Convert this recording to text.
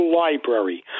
library